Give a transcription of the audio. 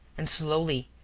and slowly,